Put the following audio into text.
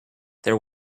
there